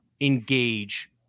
engage